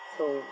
so